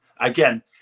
Again